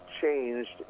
changed